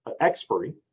expiry